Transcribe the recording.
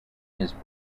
his